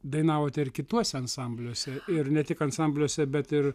dainavote ir kituose ansambliuose ir ne tik ansambliuose bet ir